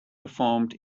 performed